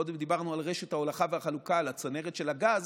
קודם דיברנו על רשת ההולכה והחלוקה על הצנרת של הגז,